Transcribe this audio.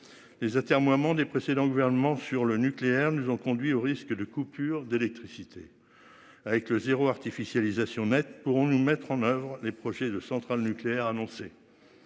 Les atermoiements des précédents gouvernements sur le nucléaire nous ont conduit au risque de coupures d'électricité. Avec le zéro artificialisation nette pour nous mettre en oeuvre les projets de centrales nucléaires annoncé.